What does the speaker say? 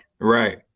Right